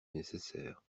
nécessaire